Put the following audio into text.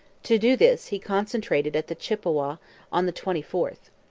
to do this he concentrated at the chippawa on the twenty fourth.